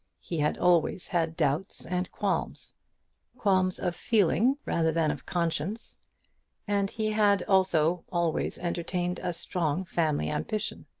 he had always had doubts and qualms qualms of feeling rather than of conscience and he had, also, always entertained a strong family ambition.